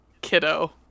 kiddo